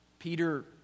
Peter